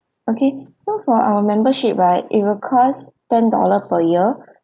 okay so for our membership right it will cost ten dollar per year